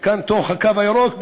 חלקן בתוך הקו הירוק,